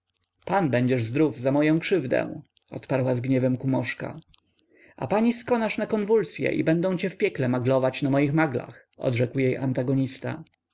pan będziesz zdrów za moję krzywdę odparła z gniewem kumoszka a pani skonasz na konwulsye i będą cię w piekle maglować na moich maglach odrzekł jej